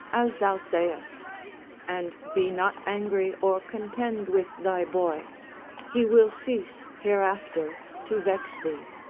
as thou sayest and be not angry or contend with thy boy he will cease hereafter to vex thee.